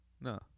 No